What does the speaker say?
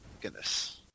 Goodness